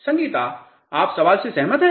संगीता आप सवाल से सहमत हैं